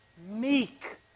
meek